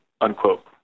unquote